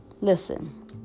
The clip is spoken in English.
Listen